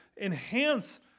enhance